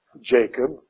Jacob